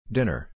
Dinner